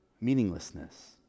Meaninglessness